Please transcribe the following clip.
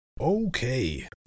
Okay